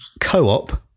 co-op